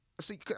see